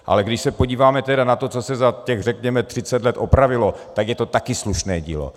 Ale když se podíváme tedy na to, co se za těch řekněme 30 let opravilo, tak je to taky slušné dílo.